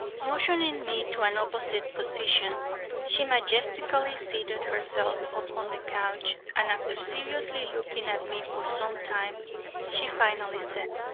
motioning me to an opposite position she majestically seated herself upon the couch and after seriously looking at me for some time she finally said